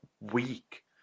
weak